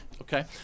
Okay